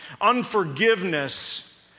unforgiveness